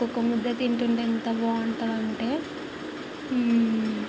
ఒకొక్క ముద్దతింటుంటే ఎంత బాగుంటుందంటే